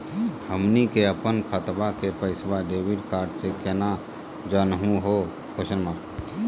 हमनी के अपन खतवा के पैसवा डेबिट कार्ड से केना जानहु हो?